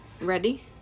Ready